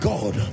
God